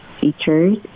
features